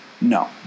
No